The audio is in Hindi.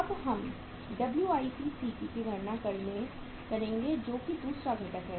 अब हम WIPCP के गणना करेंगे जो कि दूसरा घटक है